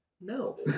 No